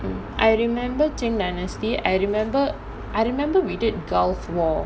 I remember qin dynasty I remember I remember we did gulf war